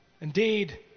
Indeed